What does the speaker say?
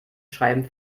schreiben